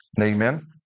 amen